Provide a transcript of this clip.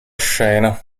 scena